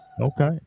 okay